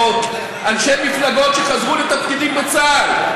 או אנשי מפלגות שחזרו לתפקידים בצה"ל.